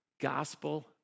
gospel